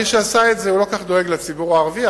מי שעשה את זה לא כל כך דאג לציבור הערבי,